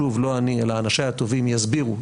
שוב לא אני אלא אנשי הטובים יסבירו,